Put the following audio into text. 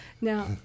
now